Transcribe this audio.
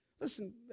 Listen